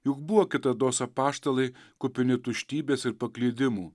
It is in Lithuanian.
juk buvo kitados apaštalai kupini tuštybės ir paklydimų